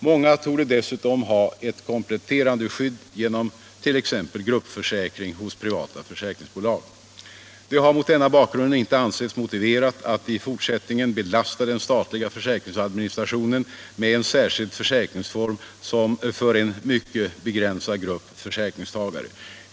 Många torde dessutom ha ett kompletterande skydd genom t.ex. gruppförsäkring hos privata försäkringsbolag. Det har mot denna bakgrund inte ansetts motiverat att i fortsättningen belasta den statliga försäkringsadministrationen med en särskild försäkringsform för en mycket begränsad grupp försäkringstagare.